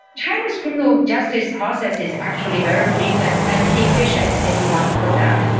china's criminal justice process is actually very brief and and efficient, if you want to put that.